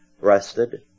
rested